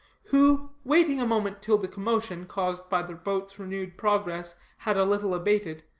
who, waiting a moment till the commotion, caused by the boat's renewed progress, had a little abated,